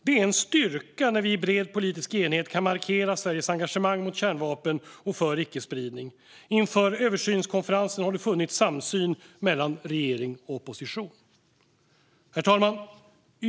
Det är en styrka när vi i bred politisk enighet kan markera Sveriges engagemang mot kärnvapen och för icke-spridning. Inför översynskonferensen har det funnits samsyn mellan regering och opposition. Herr talman!